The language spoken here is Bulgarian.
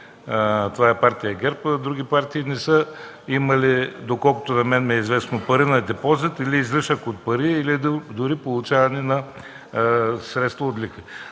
това е партия ГЕРБ, други партии не са имали, доколкото на мен ми е известно, пари на депозит и излишък от пари, и дори получаване на средства от лихви.